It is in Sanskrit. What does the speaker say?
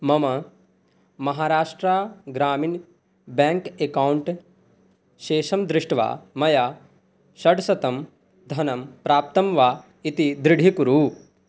मम महाराष्ट्रं ग्रामीणः बेङ्क् अकौण्ट् शेषं दृष्ट्वा मया षड्शतं धनं प्राप्तं वा इति दृढीकुरु